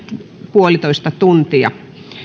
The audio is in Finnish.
puolitoista tuntia